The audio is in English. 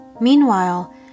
Meanwhile